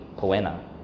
poena